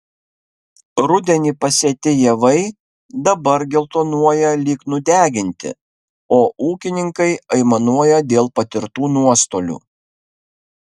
rudenį pasėti javai dabar geltonuoja lyg nudeginti o ūkininkai aimanuoja dėl patirtų nuostolių